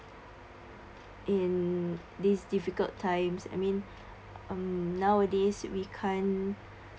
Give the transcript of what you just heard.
in these difficult times I mean um nowadays we can't